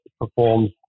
performs